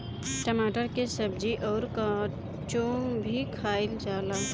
टमाटर के सब्जी अउर काचो भी खाएला जाला